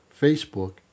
Facebook